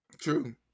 True